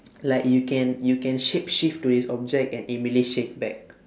like you can you can shapeshift to this object and immediately shift back